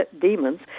demons